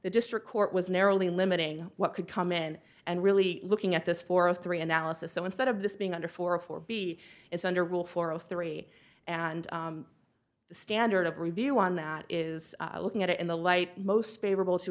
the district court was narrowly limiting what could come in and really looking at this for a three analysis so instead of this being under four a four b is under will four zero three and the standard of review on that is looking at it in the light most favorable to